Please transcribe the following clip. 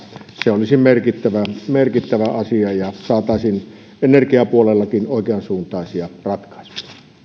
se olisi merkittävä merkittävä asia ja saataisiin energiapuolellakin oikeansuuntaisia ratkaisuja